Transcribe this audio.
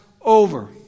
over